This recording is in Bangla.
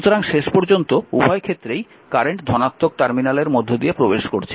সুতরাং শেষ পর্যন্ত উভয় ক্ষেত্রেই কারেন্ট ধনাত্মক টার্মিনালের মধ্য দিয়ে প্রবেশ করছে